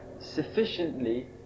sufficiently